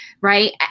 right